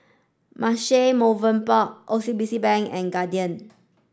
Marche Movenpick O C B C Bank and Guardian